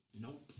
Nope